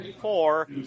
four